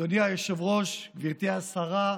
אדוני היושב-ראש, גברתי השרה,